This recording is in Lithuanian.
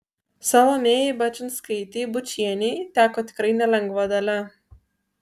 salomėjai bačinskaitei bučienei teko tikrai nelengva dalia